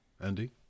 Andy